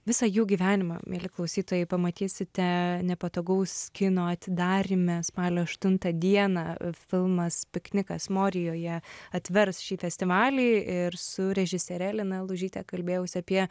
visą jų gyvenimą mieli klausytojai pamatysite nepatogaus kino atidaryme spalio aštuntą dieną filmas piknikas morijoje atvers šį festivalį ir su režisiere lina lužyte kalbėjausi apie